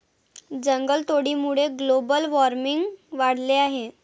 जंगलतोडीमुळे global warming वाढले आहे